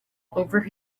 over